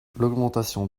l’augmentation